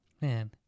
man